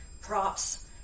props